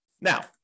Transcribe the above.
Now